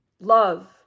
Love